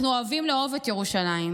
אנחנו אוהבים לאהוב את ירושלים,